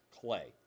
clay